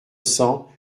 cents